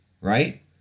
right